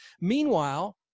Meanwhile